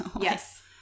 Yes